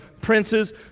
princes